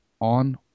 on